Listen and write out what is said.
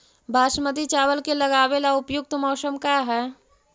बासमती चावल के लगावे ला उपयुक्त मौसम का है?